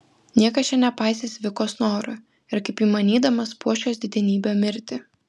niekas čia nepaisys vikos norų ir kaip įmanydamas puoš jos didenybę mirtį